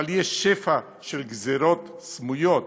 אבל יש שפע של גזירות סמויות,